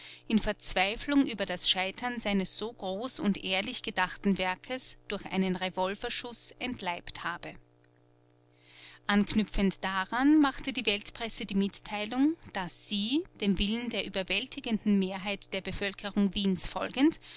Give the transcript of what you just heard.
in verzweiflung über das scheitern seines so groß und ehrlich gedachten werkes durch einen revolverschuß entleibt habe anknüpfend daran machte die weltpresse die mitteilung daß sie dem willen der überwältigenden mehrheit der bevölkerung wiens folgend